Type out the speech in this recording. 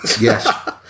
Yes